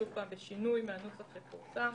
שזה בשינוי המנוסח שפורסם,